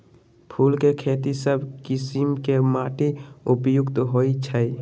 फूल के खेती सभ किशिम के माटी उपयुक्त होइ छइ